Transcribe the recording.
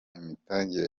imitangire